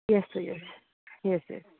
yes sir yes yes yes